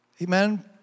Amen